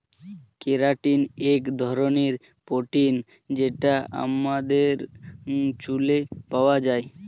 keratin এক ধরনের protein যেটা আমাদের চুলে পাওয়া যায়